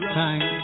time